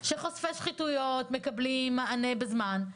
שחושפי שחיתויות מקבלים מענה בזמן,